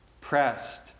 pressed